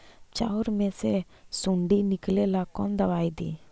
चाउर में से सुंडी निकले ला कौन दवाई दी?